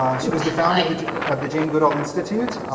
ah she was the founder of the jane goodall institute.